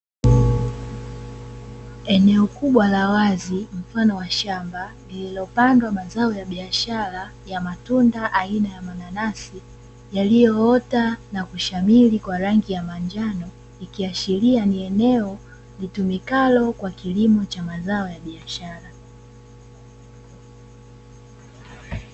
Eneo kubwa la wazi mfano wa shamba, lililopandwa mazao ya biashara ya matunda aina ya mananasi, yaliyoota na kushamiri kwa rangi ya manjano, ikiashiria ni eneo litumikalo kwa kilimo cha mazao ya biashara.